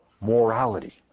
morality